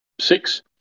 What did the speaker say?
six